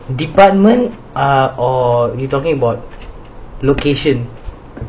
department are or talking about location